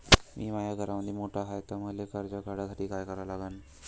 मी माया घरामंदी मोठा हाय त मले कर्ज काढासाठी काय करा लागन?